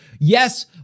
Yes